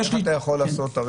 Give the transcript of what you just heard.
איך אתה יכול לעשות?